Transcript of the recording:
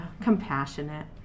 Compassionate